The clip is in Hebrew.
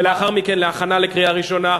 ולאחר מכן להכנה לקריאה ראשונה,